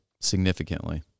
significantly